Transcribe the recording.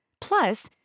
Plus